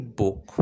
book